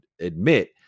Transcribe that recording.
admit